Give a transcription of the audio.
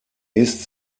ist